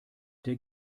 der